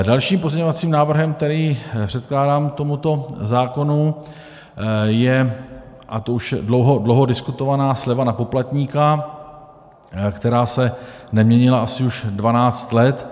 Dalším pozměňovacím návrhem, který předkládám k tomuto zákonu, je už dlouho diskutovaná sleva na poplatníka, která se neměnila už asi 12 let.